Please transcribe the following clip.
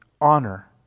honor